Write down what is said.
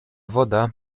woda